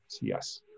yes